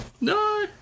No